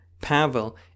Pavel